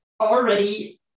already